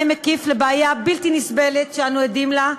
מקיף לבעיה בלתי נסבלת שאנו עדים לה,